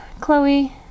Chloe